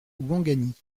ouangani